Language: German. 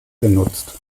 genutzt